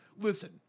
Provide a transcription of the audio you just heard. Listen